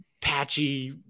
patchy